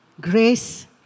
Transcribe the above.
Grace